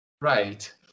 Right